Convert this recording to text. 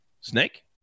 Snake